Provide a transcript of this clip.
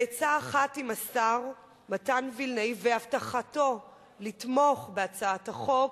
בעצה אחת עם השר מתן וילנאי והבטחתו לתמוך בהצעת החוק